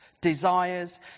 desires